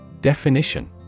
Definition